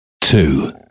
two